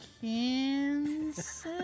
Kansas